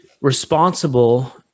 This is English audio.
responsible